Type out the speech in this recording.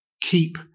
keep